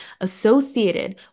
associated